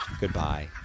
Goodbye